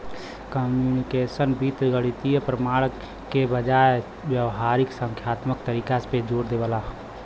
computational वित्त गणितीय प्रमाण के बजाय व्यावहारिक संख्यात्मक तरीका पे जोर देवला